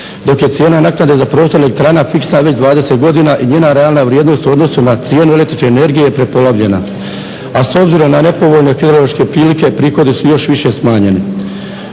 dok je cijena naknade za prostor elektrana fiksna već 20 godina i njena realna vrijednost u odnosu na cijenu električne energije prepolovljena. A s obzirom na nepovoljne … prilike prihodi su još više smanjeni.